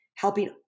helping